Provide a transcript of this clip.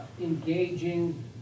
engaging